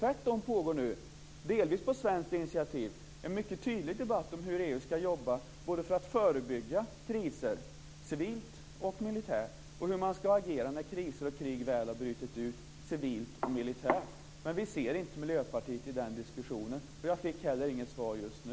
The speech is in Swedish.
Tvärtom pågår nu, delvis på svenskt initiativ, en mycket tydlig debatt om hur EU ska jobba för att förebygga kriser, civilt och militärt, och om hur man ska agera när kriser och krig väl har brutit ut, civilt och militärt. Men vi ser inte Miljöpartiet i den diskussionen, och jag fick inte heller något svar just nu.